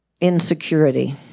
insecurity